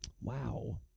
wow